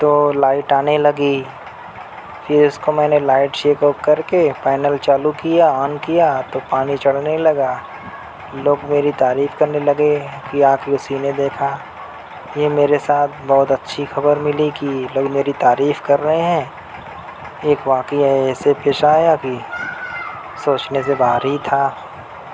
تو لائٹ آنے لگی پھر اِس کو میں نے لائٹ چیک ویک کر کے پینل چالو کیا آن کیا تو پانی چڑھنے لگا لوگ میری تعریف کرنے لگے کہ آ کے اُسی نے دیکھا یہ میرے ساتھ بہت اچھی خبر ملی کہ لوگ میری تعریف کر رہے ہیں ایک واقعہ ایسے پیش آیا کہ سوچنے سے باہر ہی تھا